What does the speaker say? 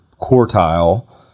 quartile